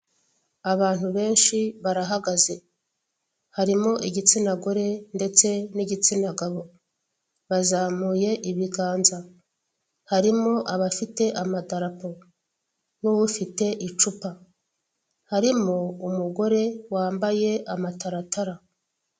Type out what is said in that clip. Abantu benshi barahagaze harimo igitsina gore ndetse n'igitsina gabo bazamuye ibiganza, harimo abafite amadarapo n'ufite icupa, harimo umugore wambaye amataratara.